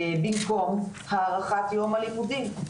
במקום הארכת יום הלימודים,